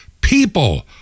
people